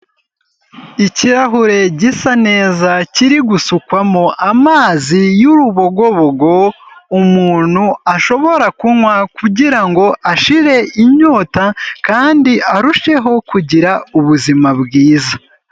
Ikirahure gisa neza kiri gusukwamo amazi yurubogobogo, umuntu ashobora kunywa kugirango ashire inyota kandi arusheho kugira ubuzima bwiza,